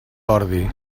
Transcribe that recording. ordi